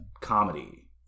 comedy